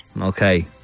Okay